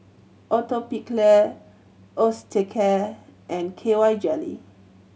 Atopiclair Osteocare and K Y Jelly